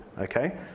Okay